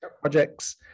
projects